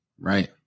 right